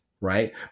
right